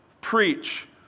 preach